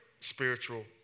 spiritual